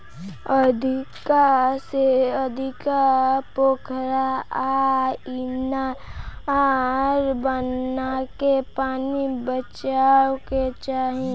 अधिका से अधिका पोखरा आ इनार बनाके पानी बचावे के चाही